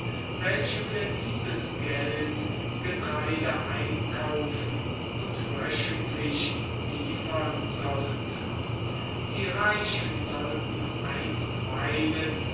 welche für dieses geld getreide einkaufen und wöchentlich liefern sollte die reichen sollten einstweilen